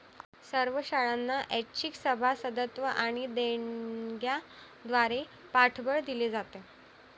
सर्व शाळांना ऐच्छिक सभासदत्व आणि देणग्यांद्वारे पाठबळ दिले जाते